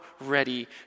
ready